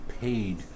paid